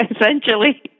essentially